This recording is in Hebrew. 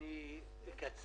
כולנו אומרים אותו דבר.